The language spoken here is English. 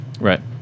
right